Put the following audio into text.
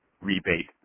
rebate